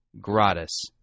gratis